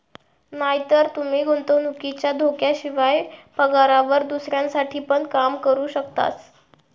नायतर तूमी गुंतवणुकीच्या धोक्याशिवाय, पगारावर दुसऱ्यांसाठी पण काम करू शकतास